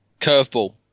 curveball